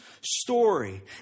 story